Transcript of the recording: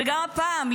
גם הפעם,